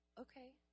Okay